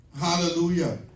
Hallelujah